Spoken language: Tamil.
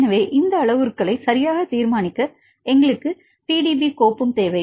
எனவே இந்த அளவுருக்களை சரியாக தீர்மானிக்க எங்களுக்கு PDB கோப்பும் தேவை